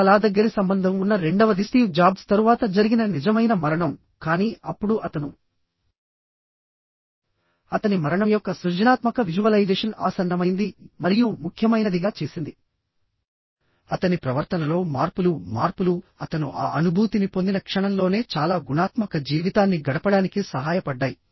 చాలా దగ్గరి సంబంధం ఉన్న రెండవది స్టీవ్ జాబ్స్ తరువాత జరిగిన నిజమైన మరణం కానీ అప్పుడు అతను అతని మరణం యొక్క సృజనాత్మక విజువలైజేషన్ ఆసన్నమైంది మరియు ముఖ్యమైనదిగా చేసింది అతని ప్రవర్తనలో మార్పులు మార్పులు అతను ఆ అనుభూతిని పొందిన క్షణంలోనే చాలా గుణాత్మక జీవితాన్ని గడపడానికి సహాయపడ్డాయి